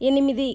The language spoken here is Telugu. ఎనిమిది